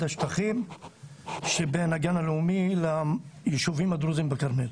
השטחים שבין הגן הלאומי לישובים הדרוזים בכרמל.